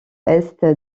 est